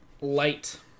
light